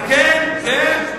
כן, כן.